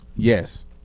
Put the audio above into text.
Yes